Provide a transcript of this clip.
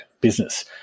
business